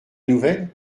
nouvelle